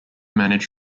manage